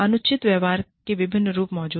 अनुचित व्यवहार के विभिन्न रूप मौजूद हैं